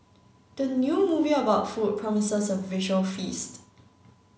the new movie about food promises a visual feast